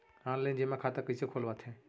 Online जेमा खाता कइसे खोलवाथे?